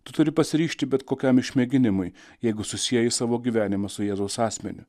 tu turi pasiryžti bet kokiam išmėginimui jeigu susieji savo gyvenimą su jėzaus asmeniu